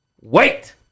wait